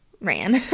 ran